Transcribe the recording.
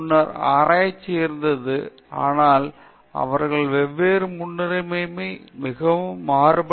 முன்னர் ஆராய்ச்சி இருந்தது ஆனால் அவர்கள் வெவ்வேறு முன்னுரிமைகள் ஒரு மிகவும் மாறுபட்ட சூழலில் அதை செய்ய பயன்படுத்தப்படும்